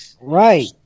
right